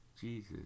Jesus